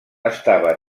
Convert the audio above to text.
estava